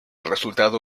resultado